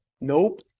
Nope